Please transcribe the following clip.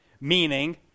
Meaning